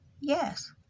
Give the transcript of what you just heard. Yes